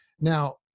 Now